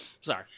Sorry